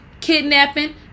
kidnapping